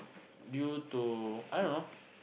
due to I don't know